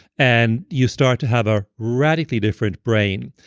and you start to have a radically different brain,